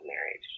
marriage